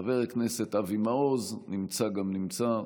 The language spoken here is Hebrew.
חבר הכנסת אבי מעוז, נמצא גם נמצא.